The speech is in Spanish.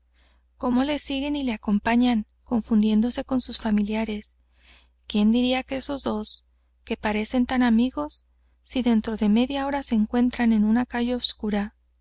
cómo le siguen y le acompañan confundiéndose con sus familiares quién diría que esos dos que parecen tan amigos si dentro de media hora se encuentran en una calle oscura